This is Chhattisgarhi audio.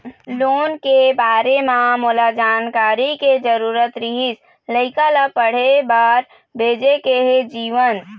लोन के बारे म मोला जानकारी के जरूरत रीहिस, लइका ला पढ़े बार भेजे के हे जीवन